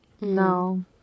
No